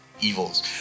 evils